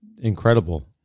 incredible